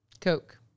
Coke